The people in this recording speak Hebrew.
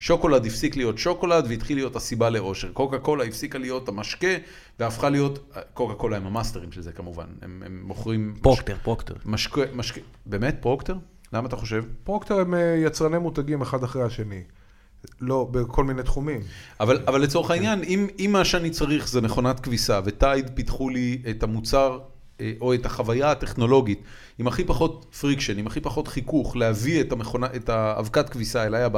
שוקולד הפסיק להיות שוקולד והתחיל להיות הסיבה לאושר. קוקה-קולה הפסיקה להיות המשקה והפכה להיות, קוקה-קולה הם המאסטרים של זה כמובן, הם מוכרים... פרוקטר, פרוקטר. משקה, באמת פרוקטר? למה אתה חושב? פרוקטר הם יצרני מותגים אחד אחרי השני. לא, בכל מיני תחומים. אבל לצורך העניין, אם מה שאני צריך זה מכונת כביסה, וטייד פיתחו לי את המוצר או את החוויה הטכנולוגית, עם הכי פחות פריקשן, עם הכי פחות חיכוך, להביא את האבקת כביסה אליי הבאה.